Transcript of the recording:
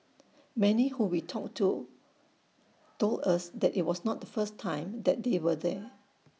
many who we talked to told us that IT was not the first time that they were there